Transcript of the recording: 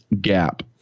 gap